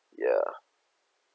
ya